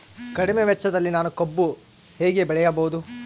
ಕಡಿಮೆ ವೆಚ್ಚದಲ್ಲಿ ನಾನು ಕಬ್ಬು ಹೇಗೆ ಬೆಳೆಯಬಹುದು?